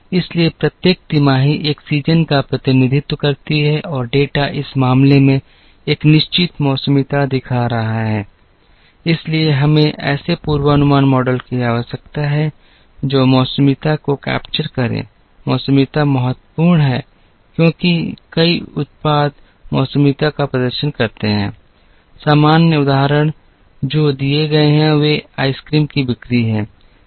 इसलिए प्रत्येक तिमाही एक सीज़न का प्रतिनिधित्व करती है और डेटा इस मामले में एक निश्चित मौसमीता दिखा रहा है इसलिए हमें ऐसे पूर्वानुमान मॉडल की आवश्यकता है जो मौसमीता को कैप्चर करें मौसमीता महत्वपूर्ण है क्योंकि कई उत्पाद मौसमीता का प्रदर्शन करते हैं सामान्य उदाहरण जो दिए गए हैं वे आइस क्रीम की बिक्री हैं